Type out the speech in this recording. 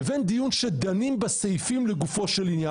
לבין דיון שדנים בסעיפים לגופו של עניין.